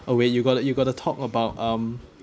oh wait you gotta you gotta talk about um